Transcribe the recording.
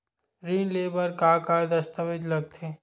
ऋण ले बर का का दस्तावेज लगथे?